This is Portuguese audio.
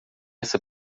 essa